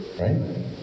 right